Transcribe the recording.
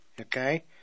Okay